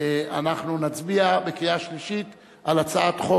אנחנו נצביע בקריאה שלישית על הצעת חוק